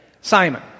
Simon